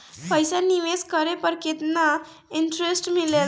पईसा निवेश करे पर केतना इंटरेस्ट मिलेला?